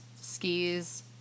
skis